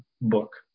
book